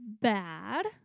bad